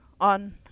on